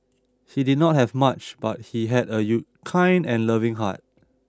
he did not have much but he had a U kind and loving heart